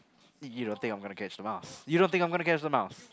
you don't think I'm going to catch the mouse you don't think I'm going to catch the mouse